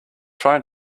trying